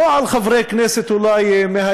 לא על חברי כנסת מהימין,